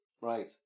right